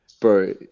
bro